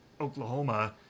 Oklahoma